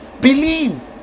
Believe